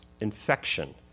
infection